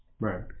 Right